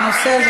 מה את רוצה?